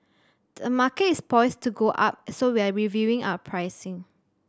the market is poised to go up so we're reviewing our pricing